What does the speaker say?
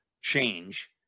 change